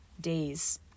days